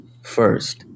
first